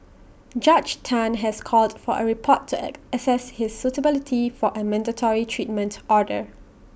Judge Tan has called for A report to access his suitability for A mandatory treatment order